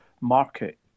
market